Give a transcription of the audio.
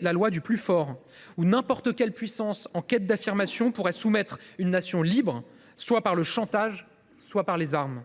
la loi du plus fort, qui autoriserait n’importe quelle puissance en quête d’affirmation à soumettre une nation libre, soit par le chantage, soit par les armes.